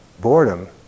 boredom